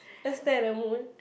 just stare at the moon